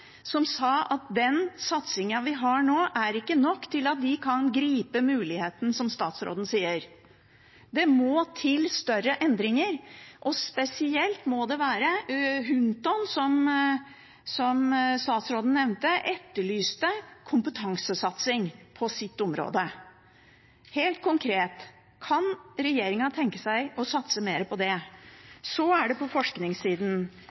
som sa at den satsingen vi har nå, ikke er nok til at de kan gripe muligheten, som statsråden sier. Det må større endringer til, og spesielt må det satses på kompetanse. Hunton, som statsråden nevnte, etterlyste kompetansesatsing på sitt område. Så helt konkret: Kan regjeringen tenke seg å satse mer på det? Så er det forskningssiden.